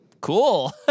Cool